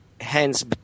hence